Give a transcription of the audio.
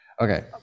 Okay